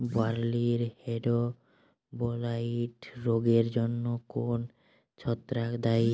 বার্লির হেডব্লাইট রোগের জন্য কোন ছত্রাক দায়ী?